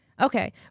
Okay